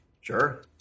Sure